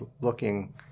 looking